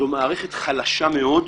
זו מערכת חלשה מאוד,